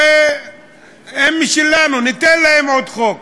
הרי הם משלנו, ניתן להם עוד חוק.